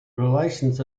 relations